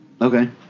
okay